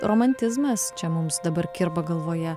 romantizmas čia mums dabar kirba galvoje